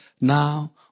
Now